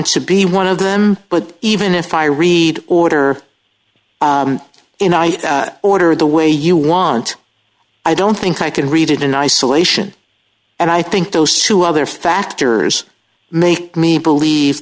to be one of them but even if i read order in order the way you want i don't think i can read it in isolation and i think those two other factors make me believe